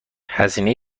هزینه